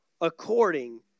According